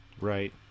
right